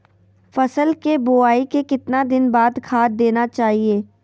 फसल के बोआई के कितना दिन बाद खाद देना चाइए?